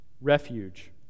refuge